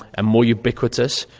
ah more ubiquitous.